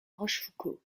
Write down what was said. rochefoucauld